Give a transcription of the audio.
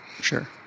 sure